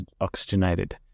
oxygenated